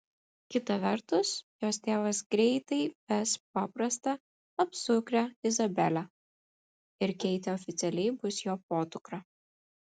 kita vertus jos tėvas greitai ves paprastą apsukrią izabelę ir keitė oficialiai bus jo podukra